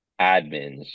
admins